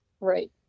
Right